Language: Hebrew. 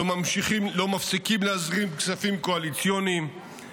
לא מפסיקים להזרים כספים קואליציוניים,